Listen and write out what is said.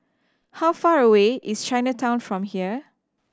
how far away is Chinatown from here